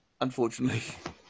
unfortunately